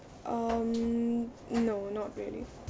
um no not really